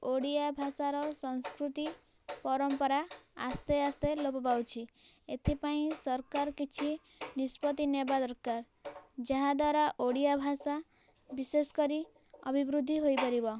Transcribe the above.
ଓଡ଼ିଆଭାଷାର ସଂସ୍କୃତି ପରମ୍ପରା ଆସ୍ତେ ଆସ୍ତେ ଲୋପ ପାଉଛି ଏଥିପାଇଁ ସରକାର କିଛି ନିଷ୍ପତ୍ତି ନେବା ଦରକାର ଯାହାଦ୍ଵାରା ଓଡ଼ିଆଭାଷା ବିଶେଷକରି ଅଭିବୃଦ୍ଧି ହୋଇପାରିବ